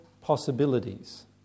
possibilities